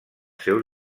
seus